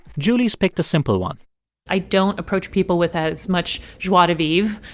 julie's picked a simple one i don't approach people with as much joie de vivre.